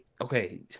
Okay